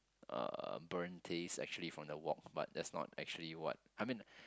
uh burnt taste actually from the wok but that's not actually what I mean